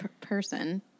person